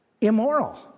immoral